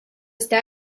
stan